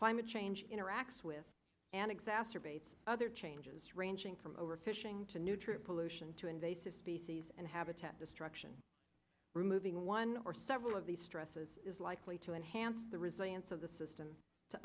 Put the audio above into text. climate change interacts with an exacerbates other changes ranging from overfishing to new true pollution to invasive species and habitat destruction removing one or several of these stresses is likely to enhance the resilience of the system to